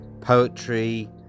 poetry